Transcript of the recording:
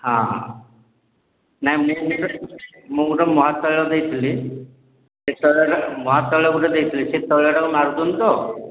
ହଁ ନାହିଁ ମୁଁ ମୁଁ ଗୋଟେ ମହାତୈଳ ଦେଇଥିଲି ସେ ତୈଳଟା ମହାତୈଳ ଗୋଟେ ଦେଇଥିଲି ସେ ତୈଳାଟାକୁ ମାରୁଛନ୍ତି ତ